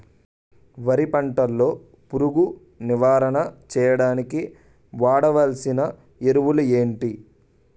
వరి పంట లో పురుగు నివారణ చేయడానికి వాడాల్సిన ఎరువులు ఏంటి?